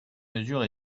mesure